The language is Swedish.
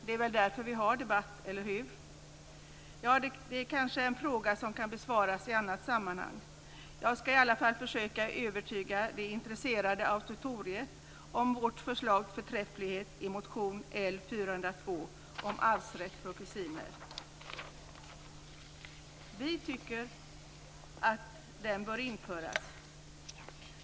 Det är väl därför vi har debatt, eller hur? Ja, det kanske är en fråga som kan besvaras i annat sammanhang. Jag ska i alla fall försöka övertyga det intresserade auditoriet om vårt förslags förträfflighet i motion L402 om arvsrätt för kusiner. Vi tycker att den bör införas.